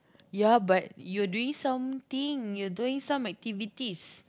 ya but you're doing some thing you're doing some activities